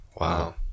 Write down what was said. Wow